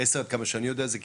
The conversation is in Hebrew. עשר כמה שאני יודע זה ד'.